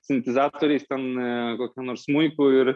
sintezatoriais ten kokiu nors smuiku ir